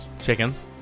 Chickens